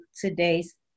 today's